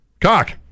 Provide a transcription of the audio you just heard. Cock